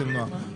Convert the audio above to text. אצל נועה.